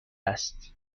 است